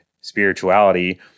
spirituality